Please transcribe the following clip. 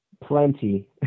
Plenty